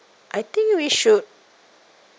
I think we should